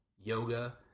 yoga